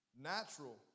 natural